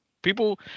People